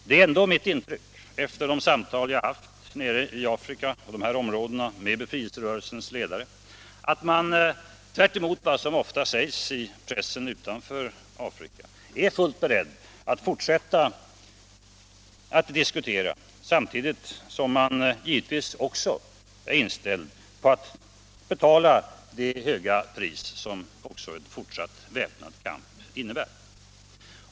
Det är ändå mitt intryck, efter de samtal som jag har haft med befrielserörelsernas ledare i dessa områden av Afrika, att man tvärtemot vad som ofta sägs i pressen utanför Afrika är beredd att fortsätta att diskutera samtidigt som man givetvis är inställd på att betala det höga pris som en fortsatt väpnad kamp innebär.